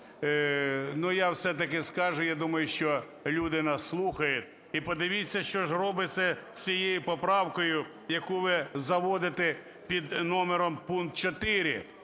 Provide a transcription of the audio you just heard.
Ну, я все-таки скажу, я думаю, що люди нас слухають. І подивіться, що ж робиться з цією поправкою, яку ви заводите під номером пункт 4,